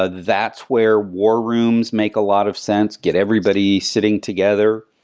ah that's where war rooms make a lot of sense, get everybody sitting together.